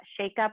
shakeup